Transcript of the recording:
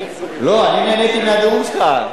לא, אני נהניתי מהנאום שלך.